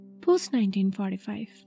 Post-1945